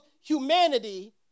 humanity